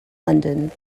london